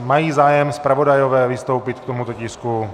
Mají zájem zpravodajové vystoupit k tomuto tisku?